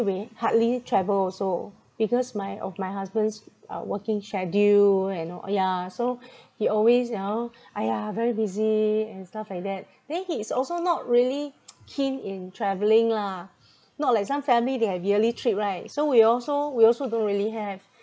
we hardly travel also because my of my husband's uh working schedule and all uh yeah so he always you know !aiya! very busy and stuff like that then he is also not really keen in travelling lah not like some family they have yearly trip right so we also we also don't really have